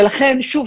ולכן שוב,